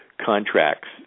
contracts